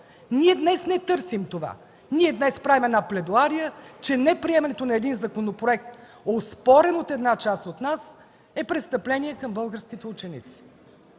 Ние днес не търсим това. Ние днес правим една пледоария, че неприемането на един законопроект, оспорен от една част от нас, е престъпление към българските ученици.